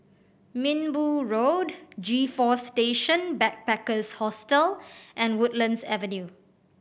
Minbu Road G Four Station Backpackers Hostel and Woodlands Avenue